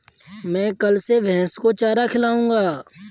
मैं कल से भैस को चारा खिलाऊँगा